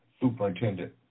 superintendent